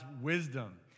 wisdom